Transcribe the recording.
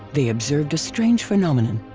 they observed a strange phenomenon.